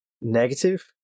negative